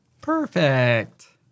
Perfect